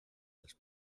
els